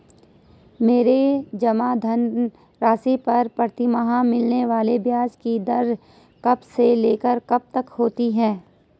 मेरे जमा धन राशि पर प्रतिमाह मिलने वाले ब्याज की दर कब से लेकर कब तक होती है?